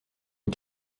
une